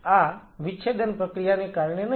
આ વિચ્છેદન પ્રક્રિયાને કારણે નહી